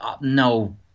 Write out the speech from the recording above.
no